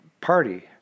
party